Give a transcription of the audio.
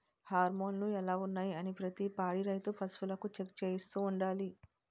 హార్మోన్లు ఎలా ఉన్నాయి అనీ ప్రతి పాడి రైతు పశువులకు చెక్ చేయిస్తూ ఉండాలి